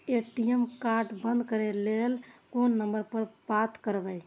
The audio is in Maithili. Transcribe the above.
ए.टी.एम कार्ड बंद करे के लेल कोन नंबर पर बात करबे?